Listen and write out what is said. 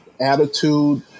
attitude